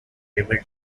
rebuilt